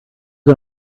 can